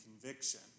conviction